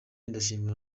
ndashimira